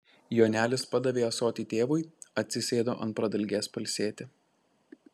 jonelis padavė ąsotį tėvui atsisėdo ant pradalgės pailsėti